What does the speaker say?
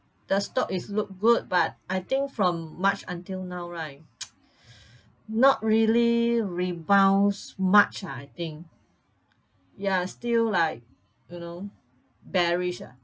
the stock is look good but I think from march until now right not really rebounds much ah I think ya still like you know bearish ah